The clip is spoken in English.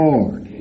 Lord